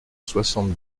soixante